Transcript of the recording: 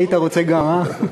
היית רוצה גם, אה?